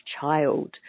child